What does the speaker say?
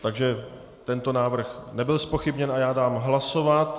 Takže tento návrh nebyl zpochybněn a já dám hlasovat.